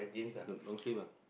long sleeve ah